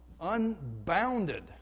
unbounded